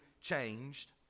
changed